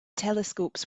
telescopes